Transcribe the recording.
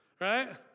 Right